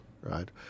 right